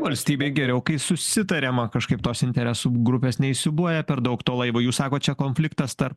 valstybė geriau kai susitariama kažkaip tos interesų grupės neįsiūbuoja per daug to laivo jūs sakot čia konfliktas tarp